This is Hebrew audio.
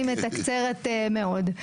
אני מתקצרת מאוד.